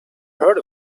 heard